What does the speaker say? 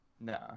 No